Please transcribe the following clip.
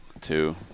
Two